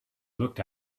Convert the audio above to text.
looked